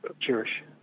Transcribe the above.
cherish